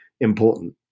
important